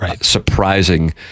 surprising